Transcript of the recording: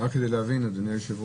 רק כדי להבין, אדוני היושב-ראש.